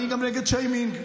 אני גם נגד שיימינג.